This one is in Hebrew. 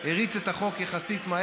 הריץ את החוק מהר יחסית,